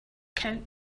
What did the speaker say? count